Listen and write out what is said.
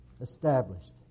established